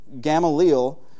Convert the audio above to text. Gamaliel